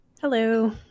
Hello